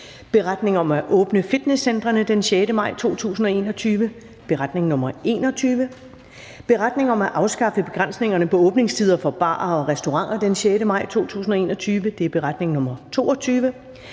Beretning om at åbne fitnesscentrene fra den 6. maj 2021. (Beretning nr. 21), Beretning om at afskaffe begrænsningerne på åbningstider for barer og restauranter fra den 6. maj 2021.